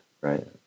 right